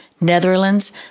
Netherlands